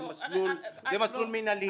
זה מסלול מינהלי